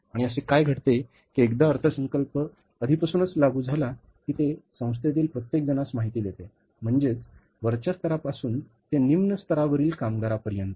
आणि असे काय घडते की एकदा अर्थसंकल्प आधीपासूनच लागू झाला की ते संस्थेतील प्रत्येकजणास माहिती देते म्हणजेच वरच्या स्तरापासून ते निम्न स्तरावरील कामगारापर्यंत